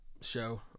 show